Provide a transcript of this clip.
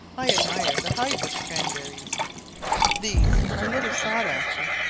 i admire the high-bush cranberries these are little sought after,